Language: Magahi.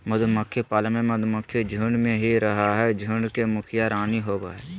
मधुमक्खी पालन में मधुमक्खी झुंड में ही रहअ हई, झुंड के मुखिया रानी होवअ हई